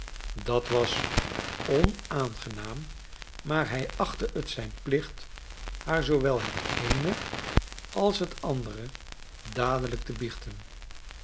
dat was onaangenaam maar hij achtte het zijn plicht haar zoowel het eene als het andere dadelijk te biechten